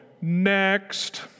next